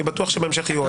ואני בטוח שבהמשך יהיו עוד.